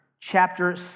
chapter